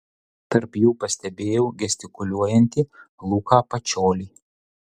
tarp jų pastebėjau gestikuliuojantį luką pačiolį